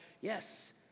yes